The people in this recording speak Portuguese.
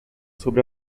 sobe